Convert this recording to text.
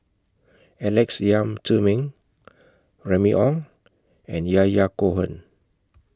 Alex Yam Ziming Remy Ong and Yahya Cohen